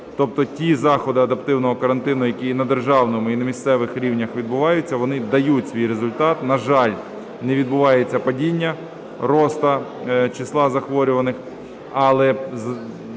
Тобто ті заходи адаптивного карантину, які і на державному, і на місцевих рівнях відбуваються, вони дають свій результат. На жаль, не відбувається падіння росту числа захворюваних, але